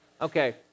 Okay